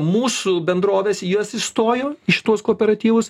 mūsų bendrovės į jas įstojo į šituos kooperatyvus